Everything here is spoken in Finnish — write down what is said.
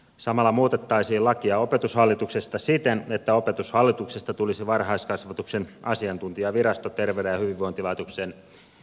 samalla muutettaisiin lakia opetushallituksesta siten että opetushallituksesta tulisi varhaiskasvatuksen asiantuntijavirasto terveyden ja hyvinvoinnin laitoksen sijaan